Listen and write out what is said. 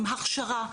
עם הכשרה,